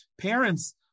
parents